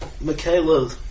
Michaela